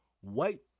White